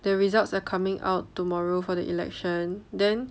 the results are coming out tomorrow for the election then